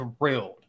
thrilled